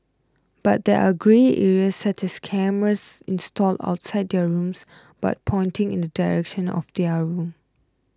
but there are grey areas such as cameras installed outside their rooms but pointing in the direction of their rooms